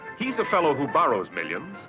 he is a fellow who borrows millions,